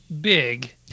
big